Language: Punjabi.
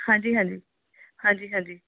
ਹਾਂਜੀ ਹਾਂਜੀ ਹਾਂਜੀ ਹਾਂਜੀ